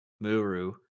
Muru